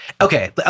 Okay